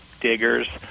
diggers